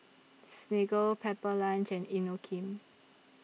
Smiggle Pepper Lunch and Inokim